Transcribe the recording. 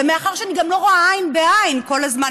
ומאחר שאני גם לא רואה איתכם עין בעין כל הזמן,